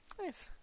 Nice